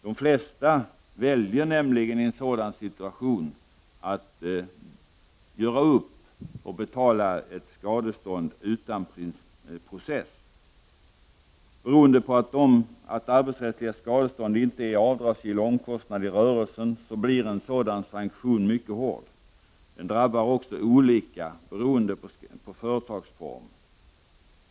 De flesta väljer nämligen i en sådan situation att göra upp och betala skadestånd utan process. Beroende på att arbetsrättsliga skadestånd inte är avdragsgill omkostnad i rörelsen blir en sådan sanktion mycket hård. Den drabbar också olika beroende på företagsform.